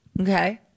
okay